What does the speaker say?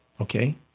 okay